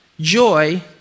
joy